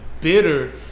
bitter